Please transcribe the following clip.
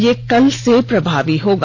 यह कल से प्रभावी होगा